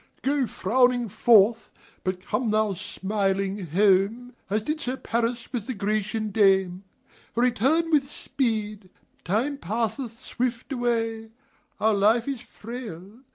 go frowning forth but come thou smiling home, as did sir paris with the grecian dame return with speed time passeth swift away our life is frail,